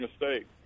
mistake